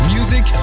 Music